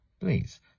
please